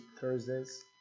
Thursdays